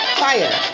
fire